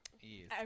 Yes